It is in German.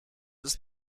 ist